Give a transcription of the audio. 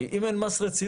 כי אם אין מס רצינות,